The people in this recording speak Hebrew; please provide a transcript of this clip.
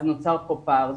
נוצר כאן פער.